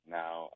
now